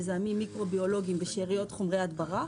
מזהמים מיקרו-ביולוגיים ושאריות חומרי הדברה